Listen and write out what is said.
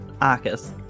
Arcus